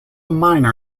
minor